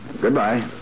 Goodbye